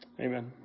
Amen